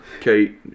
Kate